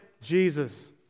Jesus